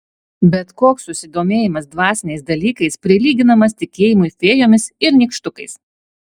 bet koks susidomėjimas dvasiniais dalykais prilyginamas tikėjimui fėjomis ir nykštukais